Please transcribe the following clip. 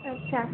अच्छा